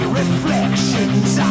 reflections